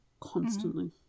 constantly